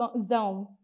zone